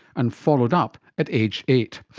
and followed up at aged eight.